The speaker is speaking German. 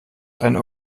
eine